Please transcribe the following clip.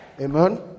Amen